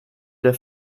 der